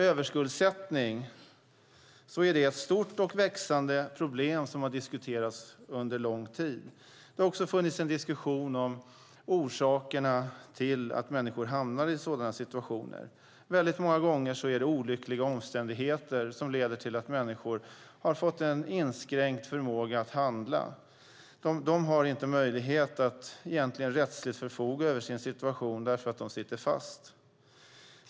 Överskuldsättning är ett stort och växande problem som har diskuterats under lång tid. Det har också förts en diskussion om orsakerna till att människor hamnar i sådana situationer. Väldigt många gånger är det olyckliga omständigheter som leder till att människor har fått en inskränkt förmåga att handla. De har inte möjlighet att rättsligt förfoga över sin situation därför att de sitter fast.